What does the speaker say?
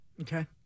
Okay